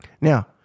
Now